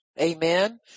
Amen